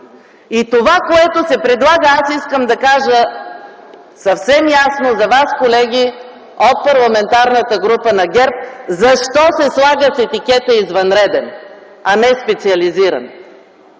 Това, което се предлага, аз искам да кажа съвсем ясно за вас, колеги, от Парламентарната група на ГЕРБ, защо се слага с етикета „извънреден”, а не „специализиран”.